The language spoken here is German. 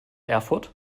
erfurt